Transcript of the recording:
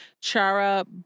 Chara